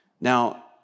Now